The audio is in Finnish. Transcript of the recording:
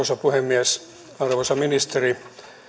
puhemies arvoisa ministeri